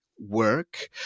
work